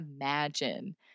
imagine